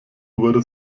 wurde